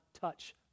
touch